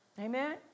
Amen